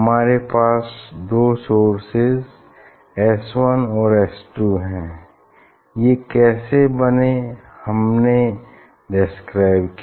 हमारे पास दो सोर्सेज एस वन और एस टू हैं ये कैसे बने हमने डेस्क्राइब किया